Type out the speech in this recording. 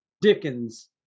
Dickens